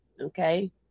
Okay